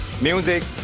Music